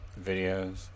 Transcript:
videos